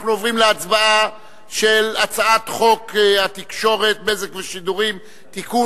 אנחנו עוברים להצבעה על הצעת חוק התקשורת (בזק ושידורים) (תיקון,